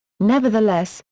nevertheless,